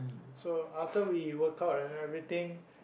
so after we work out and everything